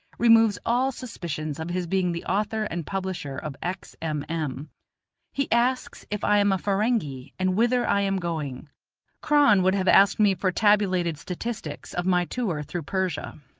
removes all suspicions of his being the author and publisher of x. m. m he asks if i am a ferenghi and whither i am going kron would have asked me for tabulated statistics of my tour through persia.